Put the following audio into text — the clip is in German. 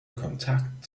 kontakt